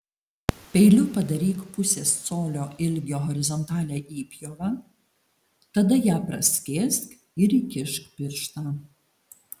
peiliu padaryk pusės colio ilgio horizontalią įpjovą tada ją praskėsk ir įkišk pirštą